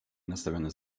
nastawione